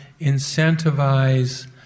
incentivize